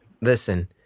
Listen